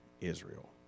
Israel